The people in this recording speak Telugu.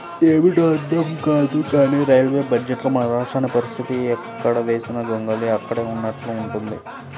ఏమిటో అర్థం కాదు కానీ రైల్వే బడ్జెట్లో మన రాష్ట్ర పరిస్తితి ఎక్కడ వేసిన గొంగళి అక్కడే ఉన్నట్లుగా ఉంది